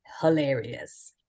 hilarious